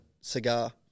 cigar